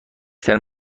ترین